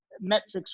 metrics